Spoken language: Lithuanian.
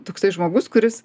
toksai žmogus kuris